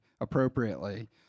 appropriately